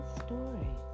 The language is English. story